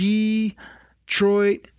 Detroit